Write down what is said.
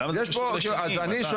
אבל למה זה קשור לשני, מתן?